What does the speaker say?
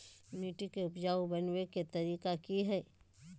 मिट्टी के उपजाऊ बनबे के तरिका की हेय?